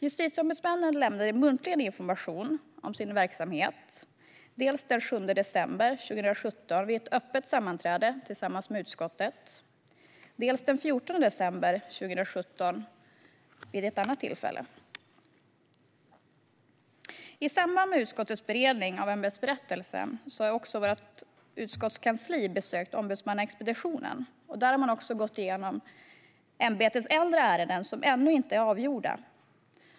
Justitieombudsmännen lämnade muntligen information om sin verksamhet dels den 7 december 2017 vid ett öppet sammanträde med utskottet, dels den 14 december 2017. I samband med utskottets beredning av ämbetsberättelsen besökte vårt utskottskansli ombudsmannaexpeditionen, där man gick igenom ämbetets äldre ärenden som ännu inte är avgjorda.